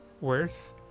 worth